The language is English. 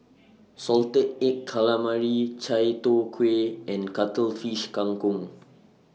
Salted Egg Calamari Chai Tow Kway and Cuttlefish Kang Kong